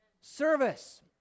Service